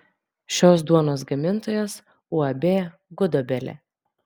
šios duonos gamintojas uab gudobelė